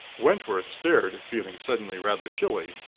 wentworth stared, feeling suddenly rather chilly.